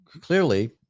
clearly